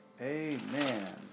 Amen